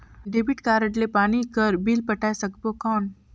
Debit card ले पानी कर बिल पटाय सकबो कौन?